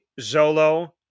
Zolo